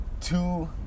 two